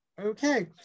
okay